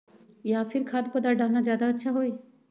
या फिर खाद्य पदार्थ डालना ज्यादा अच्छा होई?